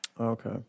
Okay